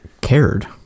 cared